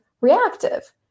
reactive